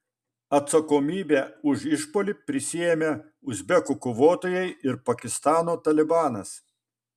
atsakomybę už išpuolį prisiėmė uzbekų kovotojai ir pakistano talibanas